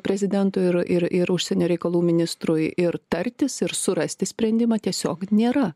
prezidentui ir ir ir užsienio reikalų ministrui ir tartis ir surasti sprendimą tiesiog nėra